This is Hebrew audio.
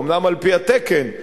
אומנם על-פי התקן,